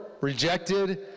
rejected